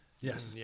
Yes